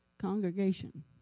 congregation